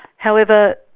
however,